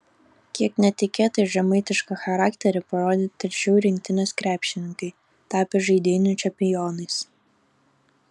kiek netikėtai žemaitišką charakterį parodė telšių rinktinės krepšininkai tapę žaidynių čempionais